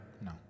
No